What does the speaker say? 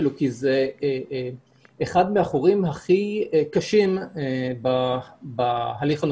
כי זה אחד מהחורים הכי קשים בהליך הנוכחי.